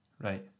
right